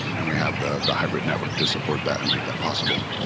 and we have the the hybrid network to support that and make that possible.